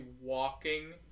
walking